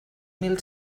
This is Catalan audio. mil